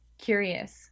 curious